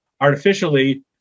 artificially